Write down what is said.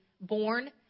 born